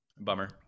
Bummer